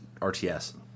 RTS